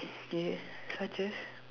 yeah such as